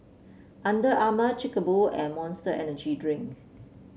Under Armour Chic A Boo and Monster Energy Drink